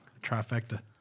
Trifecta